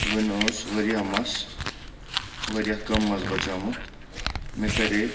وٕنۍ اوس واریاہ مَس واریاہ کَم مَس بَچامُت مےٚ کَرے